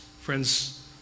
Friends